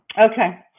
Okay